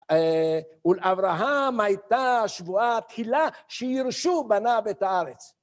ולאברהם הייתה שבועה תחילה שירשו בניו את הארץ.